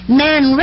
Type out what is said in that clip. man